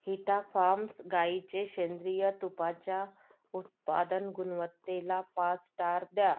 हिटा farms गाईचे सेंद्रिय तुपाच्या उत्पादन गुणवत्तेला पाच स्टार द्या